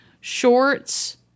shorts